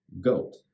goat